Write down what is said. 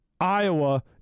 Iowa